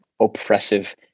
oppressive